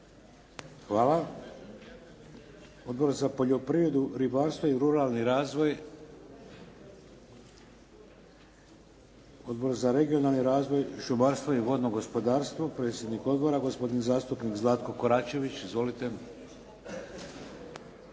Hvala. Odbor za poljoprivredu, ribarstvo i ruralni razvoj? Odbor za regionalni razvoj, šumarstvo i gospodarstvo? Predsjednik Odbora gospodin zastupnik Zlatko Koračević. Izvolite.